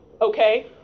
Okay